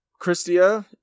Christia